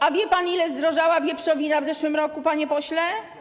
A wie pan, ile zdrożała wieprzowina w zeszłym roku, panie pośle?